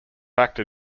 actor